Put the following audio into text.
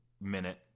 minute